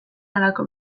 halako